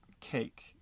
cake